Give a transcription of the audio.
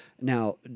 Now